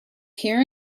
hear